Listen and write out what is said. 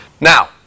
Now